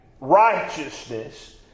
righteousness